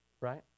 Right